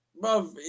bro